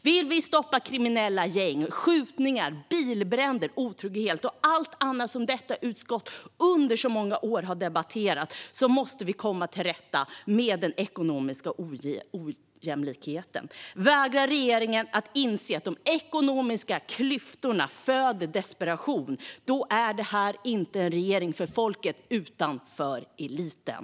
Vill vi stoppa kriminella gäng, skjutningar, bilbränder och otrygghet och allt annat som detta utskott under så många år har debatterat måste vi komma till rätta med den ekonomiska ojämlikheten. Vägrar regeringen att inse att de ekonomiska klyftorna föder desperation är det inte en regering för folket utan för eliten.